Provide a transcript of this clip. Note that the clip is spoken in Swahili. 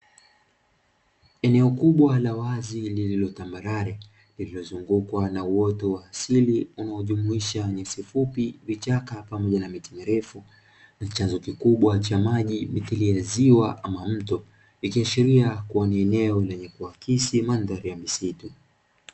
Eneo kubwa la wazi lililo tambarare lililozungukwa na uoto wa asili unaojumuisha nyasi fupi, vichaka pamoja na miti mirefu, chanzo kikubwa cha maji mithiri ya ziwa ama mto ikiashiria kua ni eneo lenye kuakisi mandhari ya misitu.